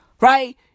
right